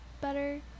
better